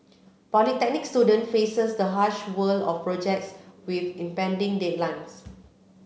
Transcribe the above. polytechnic student faces the harsh world of projects with impending deadlines